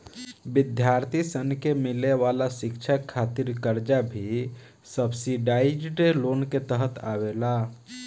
विद्यार्थी सन के मिले वाला शिक्षा खातिर कर्जा भी सब्सिडाइज्ड लोन के तहत आवेला